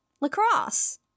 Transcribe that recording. lacrosse